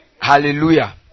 Hallelujah